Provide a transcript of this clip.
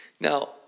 Now